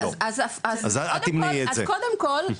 אז קודם כל,